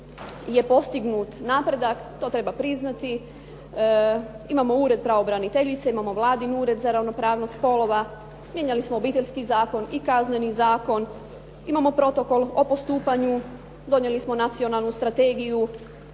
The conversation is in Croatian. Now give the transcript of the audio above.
je postignut napredak, to treba priznati, imamo Ured pravobraniteljice, imamo Vladin Ured za ravnopravnost spolova, mijenjali smo Obiteljski zakon i Kazneni zakon, imamo Protokol o postupanju, donijeli smo Nacionalnu strategiju,